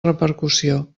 repercussió